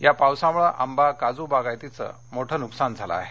या पावसामुळे आंबा काजू बागायतीचं मोठे नुकसान झाल आहे